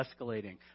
escalating